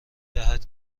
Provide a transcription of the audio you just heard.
دهد